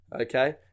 Okay